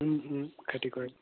ও ও খেতি কৰিম